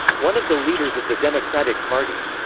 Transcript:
one of the leaders of the democratic party.